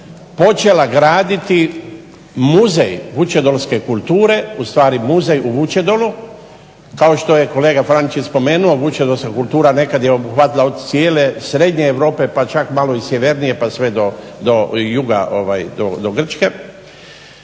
počela graditi muzej vučedolske kulture, u stvari muzej u Vučedolu kao što je kolega Franić i spomenuo vučedolska kultura nekad je obuhvatila od cijele srednje Europe pa čak malo i sjevernije pa sve do juga , do Grčke.